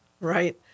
right